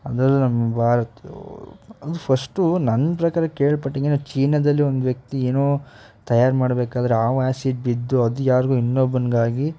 ಅದರಲ್ಲೂ ನಮ್ಮ ಭಾರತ ಅದು ಫಸ್ಟು ನನ್ನ ಪ್ರಕಾರ ಕೇಳ್ಪಟ್ಟಂಗೆನೊ ಚೀನಾದಲ್ಲಿ ಒಂದು ವ್ಯಕ್ತಿ ಏನೋ ತಯಾರು ಮಾಡಬೇಕಾದ್ರೆ ಆ ಆ್ಯಸಿಡ್ ಬಿದ್ದು ಅದು ಯಾರಿಗೋ ಇನ್ನೊಬ್ಬನ್ಗೆ ಆಗಿ